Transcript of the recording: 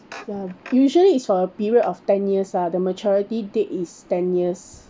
ya usually is for a period of ten years lah the maturity date is ten years